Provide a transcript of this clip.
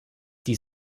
die